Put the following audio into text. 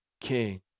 king